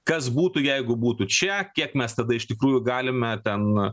kas būtų jeigu būtų čia kiek mes tada iš tikrųjų galime ten